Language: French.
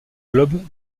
globe